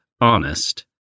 honest